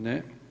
Ne.